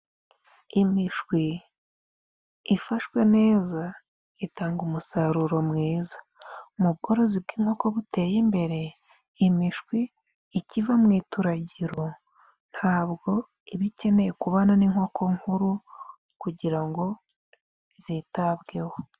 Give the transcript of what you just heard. Imishwi ifashwe neza itanga umusaruro mwiza. Mu bworozi bw'inkoko buteye imbere, imishwi ikiva mu ituragiro, ntabwo iba ikeneye kubana n'inkoko nkuru kugira ngo zitabweho.